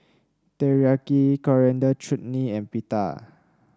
Teriyaki Coriander Chutney and Pita